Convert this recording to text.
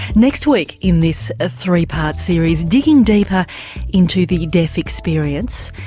next week in this ah three-part series, digging deeper into the deaf experience,